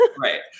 Right